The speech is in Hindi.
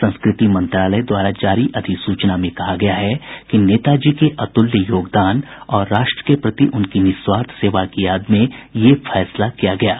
संस्कृति मंत्रालय द्वारा जारी अधिसूचना में कहा गया है कि नेताजी के अतुल्य योगदान और राष्ट्र के प्रति उनकी निःस्वार्थ सेवा की याद में यह फैसला किया गया है